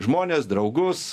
žmones draugus